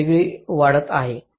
वेगळेपणही वाढत आहे